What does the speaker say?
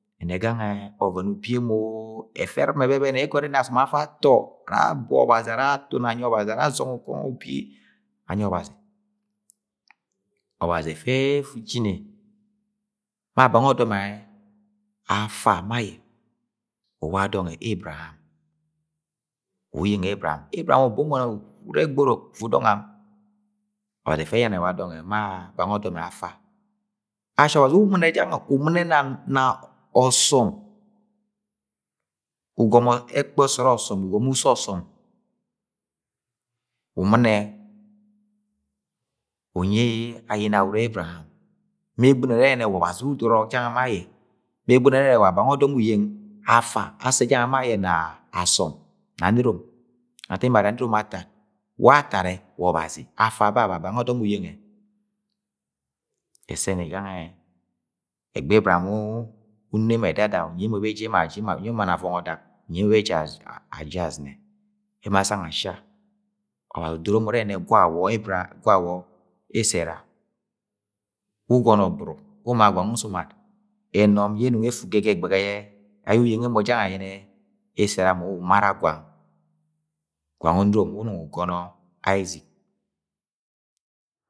Ẹna gangẹ ovẹn ubi emoo ẹfẹ ẹrɨma ẹbẹbẹnẹ yẹ ẹgọnọ ẹrẹ asọm ara afa atọ ara abo ọbazi ara atom anyi ọbazi, ara azong ukọngọ ubi anyi ọbazi. Ọbazi efe ejine ma bang ọdọm ẹ ma ayẹ uwa dọnge Ebraham, uwu yenge Ebraham, Ebraham ubo mọ ure gberuk fu dọng am, ọbazi ẹfẹ eyana ẹwa dọng ma bang ọdọm e afa, ashi ọbazi umɨne jange̱ umɨne nang na ọsọm umɨnẹ unyi ayẹ inawọrọ Ebraham me egbɨno ẹrẹ wa ọbazi uru udoro ọrọk jangẹ ma ayẹ, me egbɨno ẹrẹ wa bang ọdọm uyeng afa asse jangẹ ma ayẹ na asom na anerom ga ntak emo arre anerom atad wa atad ẹ wa ọbazi afa ba wa bang ọdọm uyeng ẹ ẹsẹ ni gangẹ ẹgbeghẹ Ebraham uno emo ẹdada unyj emo beji emo aji unyi emo mann emo avọngọ ọdak unyi emo beji aji azɨne emo asang ashia ọbazi udoro mo urẹnẹ gwawo gwawo esera wu ugọnọ ogburu wu uma gwang usu umad enọm yẹ enung efu ga ege ẹgbẹghẹ ayẹ uyenge emo jange yẹnẹ esera mu umara gwange, gwang onurom wu unung ugono Aizik.